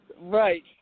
Right